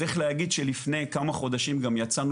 צריך להגיד שלפני כמה חודשים גם יצאנו